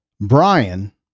Brian